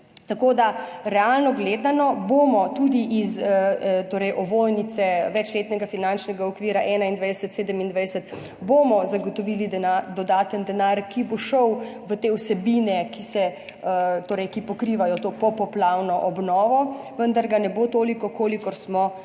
vire. Realno gledano bomo torej tudi iz ovojnice, večletnega finančnega okvira 2021–2027, zagotovili denar, dodaten denar, ki bo šel v te vsebine, ki pokrivajo to popoplavno obnovo, vendar ga ne bo toliko, kolikor smo